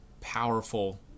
powerful